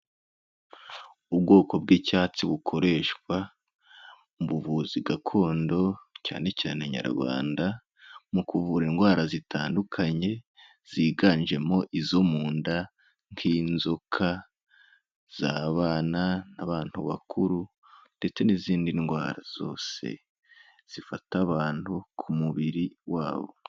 Ubwoko bw'icyatsi bukoreshwa mu buvuzi gakondo, cyane cyane Nyarwanda, mu kuvura indwara zitandukanye, ziganjemo izo mu nda nk'inzoka z'abana, abantu bakuru ndetse n'izindi ndwara zose zifata abantu ku mubiri wabo.